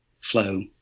flow